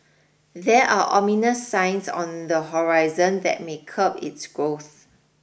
there are ominous signs on the horizon that may curb its growth